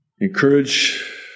Encourage